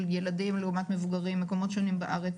ילדים לעומת מבוגרים במקומות שונים בארץ,